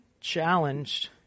challenged